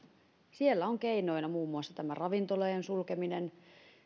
siellä ovat keinoina muun muassa tämä ravintoloiden sulkeminen